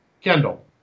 Kendall